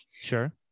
Sure